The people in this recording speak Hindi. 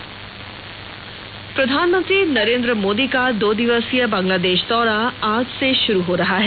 पीएम बांग्ला देश प्रधानमंत्री नरेंद्र मोदी का दो दिवसीय बांग्लादेश दौरा आज से शुरू हो रहा है